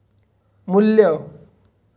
मू्ल्य